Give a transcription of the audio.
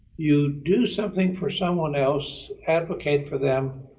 you do something for someone else, advocate for them,